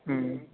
ம்